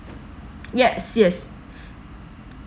yes yes